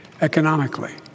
economically